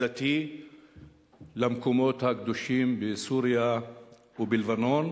הדתי במקומות הקדושים בסוריה ובלבנון,